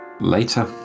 Later